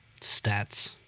Stats